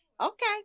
okay